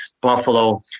Buffalo